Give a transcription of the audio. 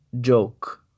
joke